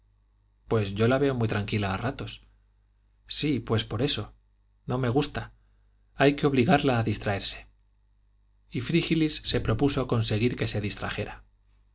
pues yo la veo muy tranquila a ratos sí pues por eso no me gusta hay que obligarla a distraerse y frígilis se propuso conseguir que se distrajera